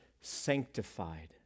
sanctified